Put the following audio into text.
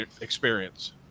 experience